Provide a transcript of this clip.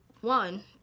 one